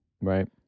Right